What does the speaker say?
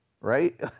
right